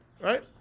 Right